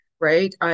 right